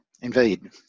indeed